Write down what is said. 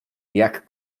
jak